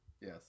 Yes